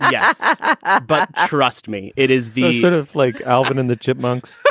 i but ah trust me it is the sort of like alvin and the chipmunks.